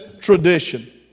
tradition